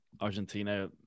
Argentina